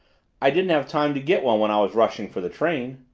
i didn't have time to get one when i was rushing for the train.